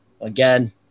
again